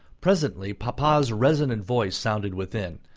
presently papa's resonant voice sounded within,